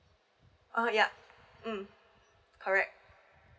oh yeah mm correct